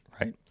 Right